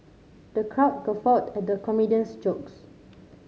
the crowd guffawed at the comedian's jokes